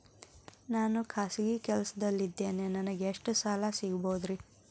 ನಾನು ಖಾಸಗಿ ಕೆಲಸದಲ್ಲಿದ್ದೇನೆ ನನಗೆ ಎಷ್ಟು ಸಾಲ ಸಿಗಬಹುದ್ರಿ?